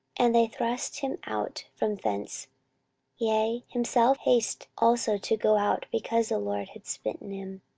and they thrust him out from thence yea, himself hasted also to go out, because the lord had smitten him.